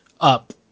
up